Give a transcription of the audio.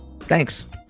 Thanks